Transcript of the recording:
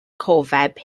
cofeb